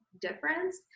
difference